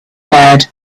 bed